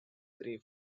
three